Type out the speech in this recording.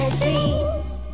dreams